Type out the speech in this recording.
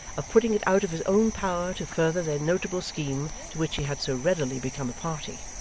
of putting it out of his own power to further their notable scheme to which he had so readily become a party.